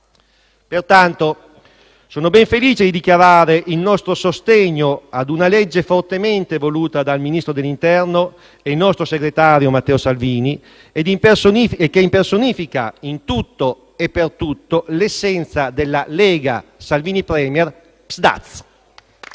Pertanto, sono ben felice di dichiarare il nostro sostegno a un provvedimento fortemente voluto dal Ministro dell'interno e nostro segretario, Matteo Salvini, che impersonifica in tutto e per tutto l'essenza della Lega-Salvini Premier-PSd'Az.